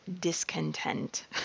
discontent